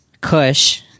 Kush